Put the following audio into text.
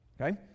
Okay